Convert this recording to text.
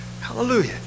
Hallelujah